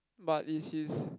but is his